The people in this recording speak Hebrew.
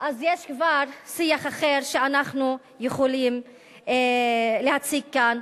אז יש כבר שיח אחר שאנחנו יכולים להציג כאן.